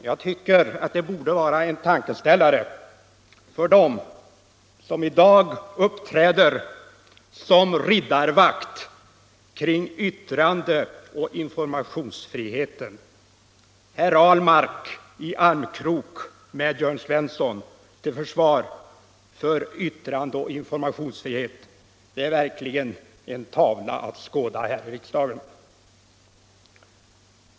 Jag tycker det borde vara en tankeställare för dem som i dag uppträder såsom riddarvakt kring yttrandeoch informationsfriheten. Herr Ahlmark i armkrok med herr Jörn Svensson till försvar för yttrandeoch informationsfriheten är verkligen en tavla att skåda här i riksdagen.